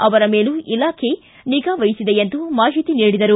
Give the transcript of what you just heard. ಅವರ ಮೇಲೂ ಇಲಾಖೆ ನಿಗಾ ವಹಿಸಿದೆ ಎಂದು ಮಾಹಿತಿ ನೀಡಿದರು